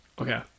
okay